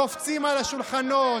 קופצים על השולחנות,